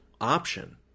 option